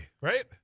right